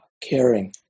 caring